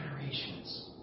Generations